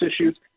issues